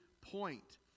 point